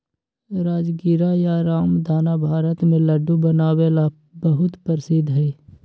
राजगीरा या रामदाना भारत में लड्डू बनावे ला बहुत प्रसिद्ध हई